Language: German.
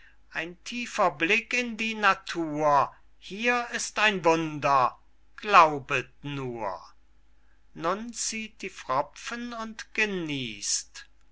ein tiefer blick in die natur hier ist ein wunder glaubet nur nun zieht die pfropfen und genießt